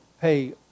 pay